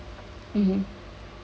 mmhmm